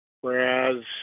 whereas